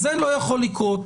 זה לא יכול לקרות.